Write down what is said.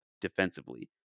defensively